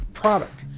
Product